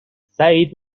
سعید